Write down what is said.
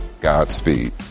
Godspeed